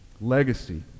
Legacy